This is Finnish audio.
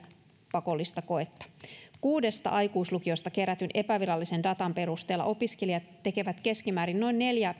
pakollista koetta kuudesta aikuislukiosta kerätyn epävirallisen datan perusteella opiskelijat tekevät keskimäärin noin neljä